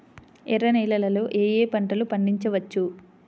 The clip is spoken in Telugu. ఎర్ర నేలలలో ఏయే పంటలు పండించవచ్చు?